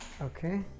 Okay